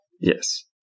Yes